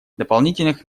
дополнительных